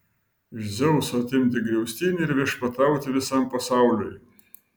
iš dzeuso atimti griaustinį ir viešpatauti visam pasauliui